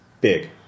Big